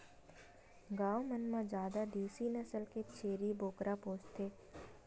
गाँव मन म जादा देसी नसल के छेरी बोकरा पोसथे